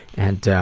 and ah,